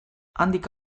handik